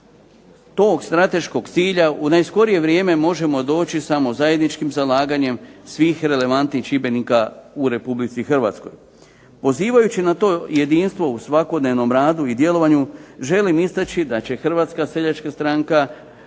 tog strateškog cilja u najskorije vrijeme možemo doći samo zajedničkim zalaganjem svih relevantnih čimbenika u Republici Hrvatskoj. Pozivajući na to jedinstvo u svakodnevnom radu i djelovanju, želim istaći da će Hrvatska seljačka stranka